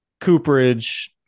Cooperage